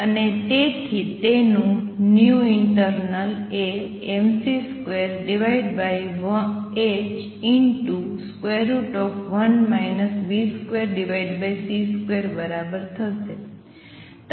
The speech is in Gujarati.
અને તેથી તેનું internal એ mc2h1 v2c2 બરાબર થશે